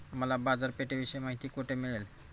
मला बाजारपेठेविषयी माहिती कोठे मिळेल?